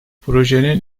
projenin